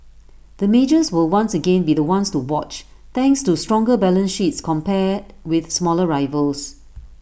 the majors will once again be the ones to watch thanks to stronger balance sheets compared with smaller rivals